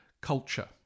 culture